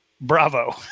bravo